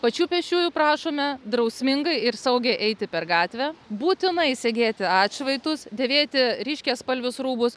pačių pėsčiųjų prašome drausmingai ir saugiai eiti per gatvę būtinai segėti atšvaitus dėvėti ryškiaspalvius rūbus